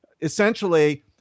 essentially